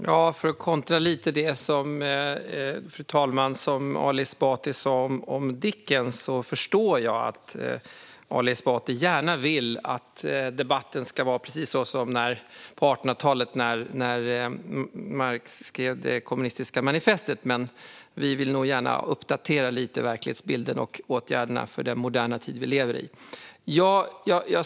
Fru talman! Angående det som Ali Esbati sa om Dickens kontrar jag med att säga att jag förstår att Ali Esbati gärna vill att debatten ska vara precis som på 1800-talet när Marx skrev Kommunistiska manifestet . Men vi vill nog gärna uppdatera verklighetsbilden och åtgärderna för den moderna tid som vi lever i.